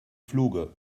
fluge